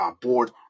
board